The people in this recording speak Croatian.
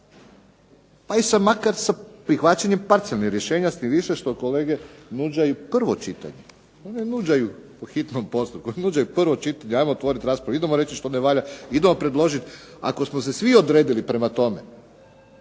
sasjekli, makar sa prihvaćenim …/Govornik se ne razumije./… tim više što kolege nuđaju prvo čitanje, one nuđaju po hitnom postupku, nuđaju prvo čitanje, 'ajmo otvorit raspravu, idemo reći što ne valja, idemo predložiti ako smo se svi odredili prema tome